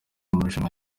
amarushanwa